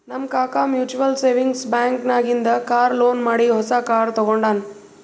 ನಮ್ ಕಾಕಾ mutual savings bank ನಾಗಿಂದೆ ಕಾರ್ ಲೋನ್ ಮಾಡಿ ಹೊಸಾ ಕಾರ್ ತಗೊಂಡಾನ್